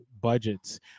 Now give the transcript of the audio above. budgets